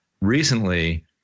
Recently